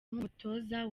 nk’umutoza